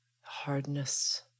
hardness